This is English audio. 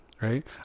Right